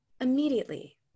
immediately